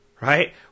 Right